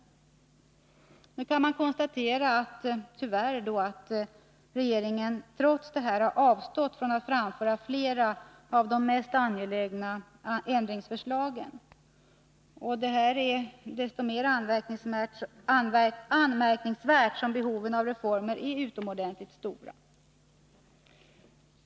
Tyvärr måste man konstatera att regeringen trots detta har avstått från att framföra flera av de mest angelägna ändringsförslagen. Detta är så mycket mer anmärkningsvärt som behovet av reformer är utomordentligt stort.